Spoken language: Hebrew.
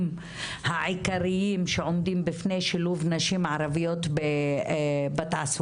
העיקריים שעומדים בפני שילוב נשים ערביות בתעסוקה.